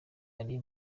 ari